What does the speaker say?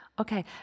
Okay